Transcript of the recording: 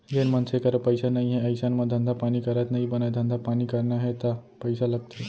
जेन मनसे करा पइसा नइ हे अइसन म धंधा पानी करत नइ बनय धंधा पानी करना हे ता पइसा लगथे